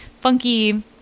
funky